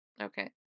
Okay